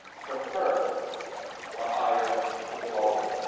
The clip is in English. prefer the higher to the lower.